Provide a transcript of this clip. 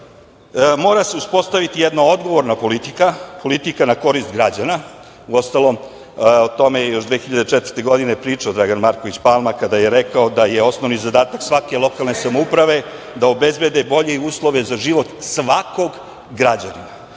mora se uspostaviti jedna odgovorna politika, politika u korist građana, uostalom, o tome je još 2004. godine pričao Dragan Marković Palma, kada je rekao da je osnovni zadatak svake lokalne samouprave da obezbede bolje uslove za život svakog građanina.